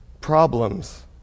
problems